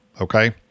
Okay